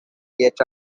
yet